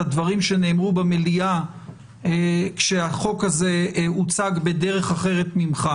הדברים שנאמרו במליאה כשהחוק הזה הוצג בדרך אחרת ממך.